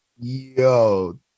Yo